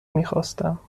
میخواستم